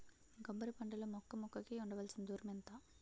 కొబ్బరి పంట లో మొక్క మొక్క కి ఉండవలసిన దూరం ఎంత